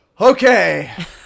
okay